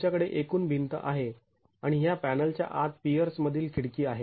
तुमच्याकडे एकूण भिंत आहे आणि ह्या पॅनलच्या आत पियर्स मधील खिडकी आहे